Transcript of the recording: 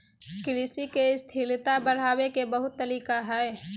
कृषि के स्थिरता बढ़ावे के बहुत तरीका हइ